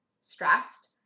stressed